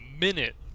minute